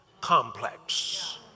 complex